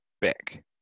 back